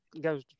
goes